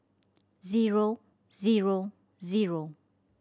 zero zero zero